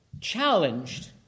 challenged